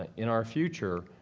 in our future,